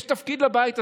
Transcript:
יש תפקיד לבית הזה.